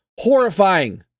horrifying